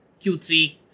Q3